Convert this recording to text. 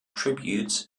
tributes